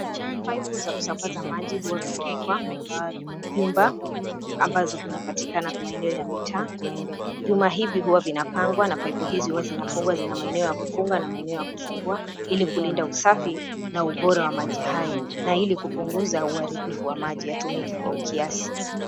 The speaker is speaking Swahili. Pipu za kusambaza maji huwa zinaekwa kwa vyumba ambazo zinapatikana kwa maeneo ya mitaa. Vyumba hivi huwa vinapangwa na pipu hizi huwa zinafungwa. Zina maeneo ya kufunga na maeneo kufungua, ili kulinda usafi na ubora wa maji hayo, na hili kupunguza uharibifu wa maji yatumike kwa ukiasi.